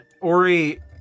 Ori